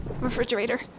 Refrigerator